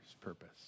purpose